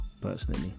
personally